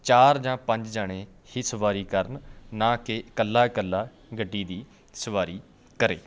ਚਾਰ ਜਾਂ ਪੰਜ ਜਣੇ ਹੀ ਸਵਾਰੀ ਕਰਨ ਨਾ ਕਿ ਇਕੱਲਾ ਇਕੱਲਾ ਗੱਡੀ ਦੀ ਸਵਾਰੀ ਕਰੇ